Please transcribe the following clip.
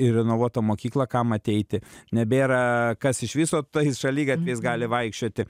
į renovuotą mokyklą kam ateiti nebėra kas iš viso tais šaligatviais gali vaikščioti